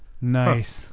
Nice